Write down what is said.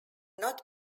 not